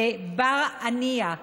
לבר עניא,